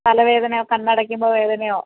തലവേദനയോ കണ്ണടയ്ക്കുമ്പോ വേദനയോ